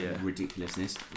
ridiculousness